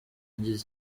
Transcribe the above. yangiza